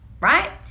right